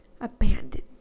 abandoned